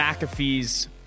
mcafee's